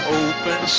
open